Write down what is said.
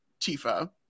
Tifa